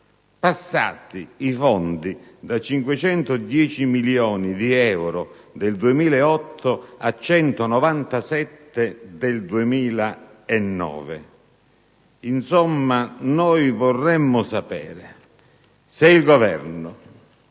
passati da 510 milioni di euro del 2008 a 197 del 2009. Insomma, noi vorremmo sapere se il Governo